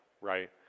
Right